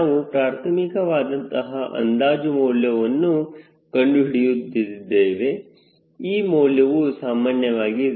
ನಾವು ಪ್ರಾರ್ಥಮಿಕವಾದಂತಹ ಅಂದಾಜು ಮೌಲ್ಯವನ್ನು ಕಂಡುಹಿಡಿದಿದ್ದೇವೆ e ಮೌಲ್ಯವು ಸಾಮಾನ್ಯವಾಗಿ 0